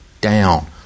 down